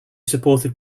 supported